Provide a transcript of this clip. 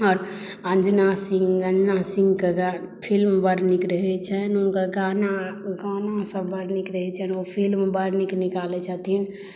आओर अञ्जना सिंह आओर अञ्जना सिंहक गाना फिल्म बड़ नीक रहै छनि हुनकर गाना सभ बड़ नीक रहै छनि ओ फिल्म बड़ नीक निकालै छथिन